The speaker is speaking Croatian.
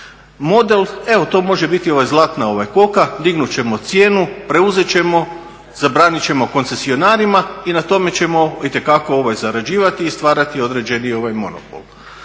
model, evo to može biti zlatna koka, dignut ćemo cijenu, preuzet ćemo, zabranit ćemo koncesionarima i na tome ćemo itekako zarađivati i stvarati određeni monopol.